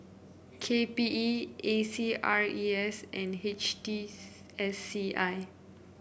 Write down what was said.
K P E A C R E S and H T C S C I